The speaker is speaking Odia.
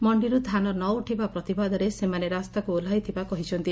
ମଣ୍ଡିରୁ ଧାନ ନ ଉଠିବା ପ୍ରତିବାଦରେ ସେମାନେ ରାସ୍ତାକୁ ଓହ୍ଲାଇଥିବା କହିଛନ୍ତି